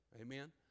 Amen